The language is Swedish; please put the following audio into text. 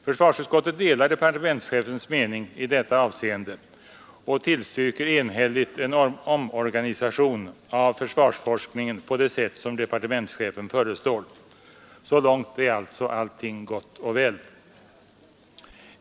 Försvarsutskottet delar departementschefens mening i detta avseende och tillstyrker enhälligt en omorganisation av försvarsforskningen på det sätt som departementschefen föreslår. Så långt är alltså allting gott och väl.